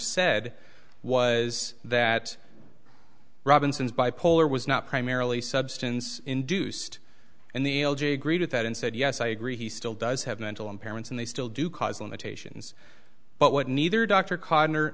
said was that robinson's bipolar was not primarily substance induced and the l g agreed with that and said yes i agree he still does have mental impairments and they still do cause limitations but what neither dr conn